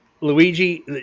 Luigi